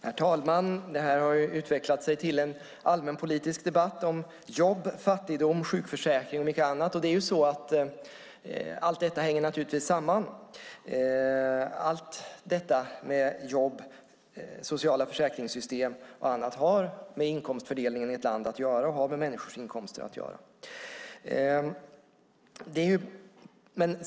Herr talman! Detta har utvecklat sig till en allmänpolitisk debatt om jobb, fattigdom, sjukförsäkring och mycket annat. Allt detta hänger naturligtvis samman. Jobb, sociala försäkringssystem och annat har med inkomstfördelningen och människors inkomster i ett land att göra.